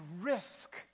risk